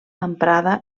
emprada